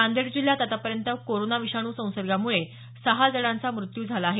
नांदेड जिल्ह्यात आतापर्यंत कोरोना विषाणू संसर्गामुळे सहा जणांचा मृत्यू झाला आहे